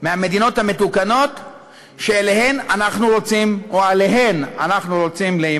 המדינות המתוקנות שעמהן אנחנו רוצים להימנות.